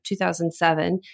2007